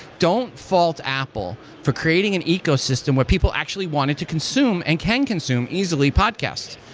don't fault apple for creating an ecosystem where people actually wanted to consume and can consume easily podcast.